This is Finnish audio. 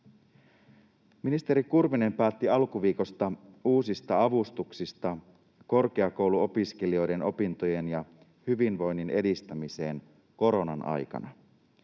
Ministeri Kurvinen päätti alkuviikosta uusista avustuksista korkeakouluopiskelijoiden opintojen ja hyvinvoinnin edistämiseen koronan aikana.